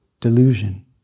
delusion